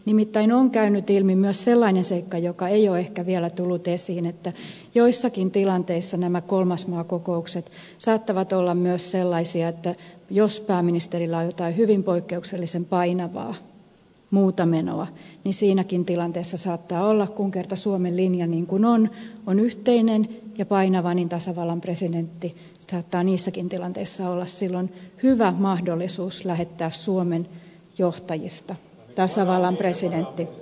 nimittäin on käynyt ilmi myös sellainen seikka joka ei ole ehkä vielä tullut esiin että joissakin tilanteissa nämä kolmas maa kokoukset saattavat olla myös sellaisia että jos pääministerillä on jotain hyvin poikkeuksellisen painavaa muuta menoa niin siinäkin tilanteessa saattaa olla kun kerta suomen linja niin kuin on on yhteinen ja painava että saattaa niissäkin tilanteissa olla silloin hyvä mahdollisuus lähettää suomen johtajista tasavallan presidentti sinne